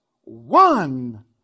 one